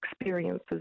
experiences